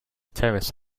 terrace